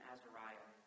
Azariah